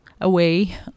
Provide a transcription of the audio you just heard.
away